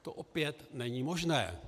To opět není možné.